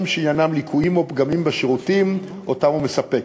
שעניינן ליקויים או פגמים בשירותים שהוא מספק.